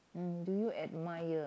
mm do you admire